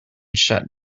shut